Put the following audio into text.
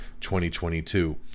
2022